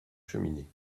cheminée